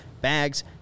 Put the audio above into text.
bags